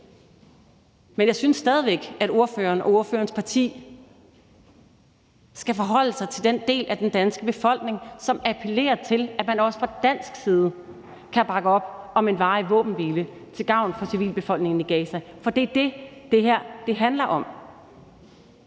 Men jeg synes stadig væk, at ordføreren og ordførerens parti skal forholde sig til den del af den danske befolkning, som appellerer til, at man også fra dansk side kan bakke op om en varig våbenhvile til gavn for civilbefolkningen i Gaza, for det er det, det her handler om.